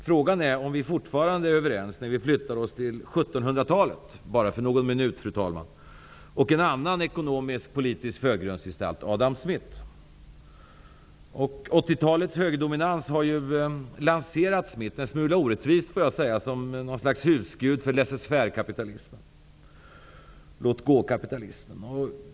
Frågan är om vi fortfarande är överens när vi flyttar oss till 1700 talet -- bara för någon minut, fru talman -- och en annan ekonomisk politisk förgrundsgestalt, Adam 80-talets högerdominans har ju lanserat Smith, en smula orättvist vill jag säga, som någon slags husgud för låt-gå-kapitalismen.